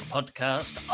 Podcast